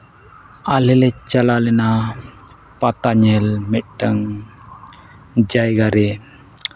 ᱟᱞᱮ ᱞᱮ ᱪᱟᱞᱟᱣ ᱞᱮᱱᱟ ᱯᱟᱛᱟ ᱧᱮᱞ ᱢᱤᱫᱴᱟᱝ ᱡᱟᱭᱜᱟ ᱨᱮ